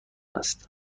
است